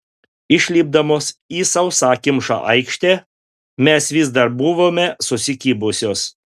išlipdamos į sausakimšą aikštę mes vis dar buvome susikibusios